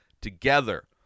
together